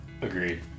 Agreed